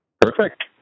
perfect